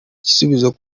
igisubizo